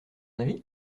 avis